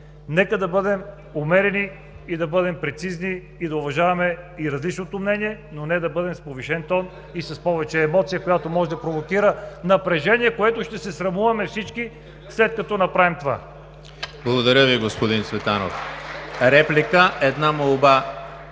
нека да бъдем умерени и да бъдем прецизни, и да уважаваме и различното мнение, но не да бъдем с повишен тон и с повече емоция, която може да провокира напрежение, от което ще се срамуваме всички, след като направим това. (Ръкопляскания от ГЕРБ.)